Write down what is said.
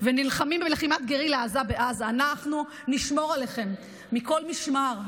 ונלחמים במלחמת גרילה עזה בעזה: אנחנו נשמור עליכם מכל משמר,